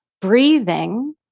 breathing